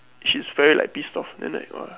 she's very like pissed off and like !wah!